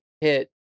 hit